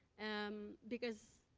um, because.